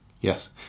Yes